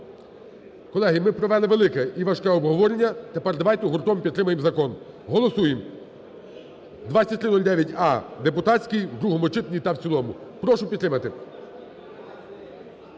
Колеги, ми провели велике і важке обговорення. Тепер давайте гуртом підтримаємо закон. Голосуєм 2309а-депутатський у другому читанні та в цілому. Прошу підтримати.